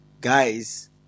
guys